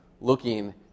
looking